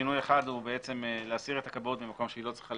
שינוי אחד הוא להסיר את הכבאות ממקום שהיא לא צריכה